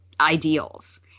ideals